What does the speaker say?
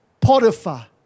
Potiphar